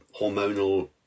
hormonal